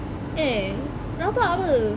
eh rabak pe